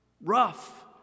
rough